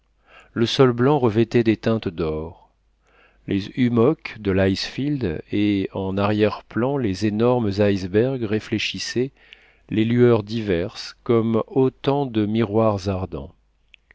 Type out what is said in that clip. le sol blanc revêtait des teintes d'or les hummocks de l'icefield et en arrière plan les énormes icebergs réfléchissaient les lueurs diverses comme autant de miroirs ardents